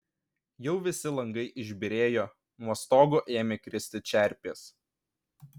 jau visi langai išbyrėjo nuo stogo ėmė kristi čerpės